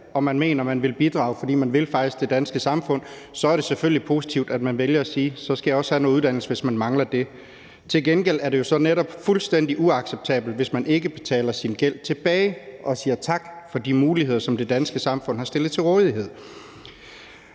og man mener, at man vil bidrage, fordi man faktisk vil det danske samfund, så er det selvfølgelig også positivt, at man vælger at sige, at man skal have noget uddannelse, hvis man mangler det. Til gengæld er det jo så netop fuldstændig uacceptabelt, hvis man ikke betaler sin gæld tilbage og ikke siger tak for de muligheder, som det danske samfund har stillet til rådighed.